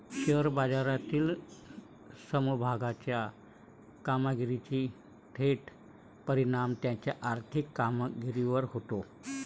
share बाजारातील समभागाच्या कामगिरीचा थेट परिणाम त्याच्या आर्थिक कामगिरीवर होतो